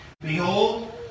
Behold